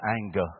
anger